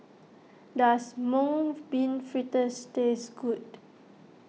does Mung Bean Fritters taste good